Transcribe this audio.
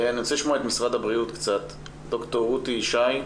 אני רוצה לשמוע את משרד הבריאות, ד"ר רותי ישי.